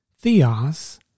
theos